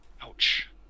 Ouch